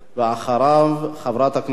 חברת הכנסת אורית זוארץ,